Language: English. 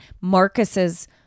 Marcus's